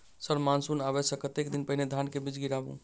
Sir monsoon आबै सऽ कतेक दिन पहिने धान केँ बीज गिराबू?